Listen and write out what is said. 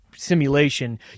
simulation